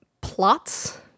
plots